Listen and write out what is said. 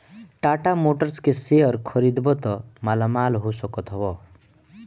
Tata motors के share खरीदबअ त मालामाल हो सकत हवअ